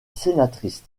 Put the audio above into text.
sénatrice